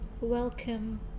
welcome